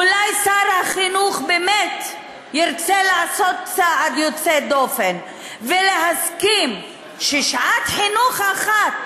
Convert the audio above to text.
אולי שר החינוך באמת ירצה לעשות צעד יוצא דופן ולהסכים ששעת חינוך אחת